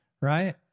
right